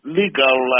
legal